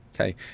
okay